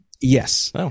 Yes